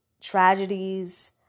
tragedies